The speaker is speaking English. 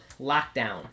Lockdown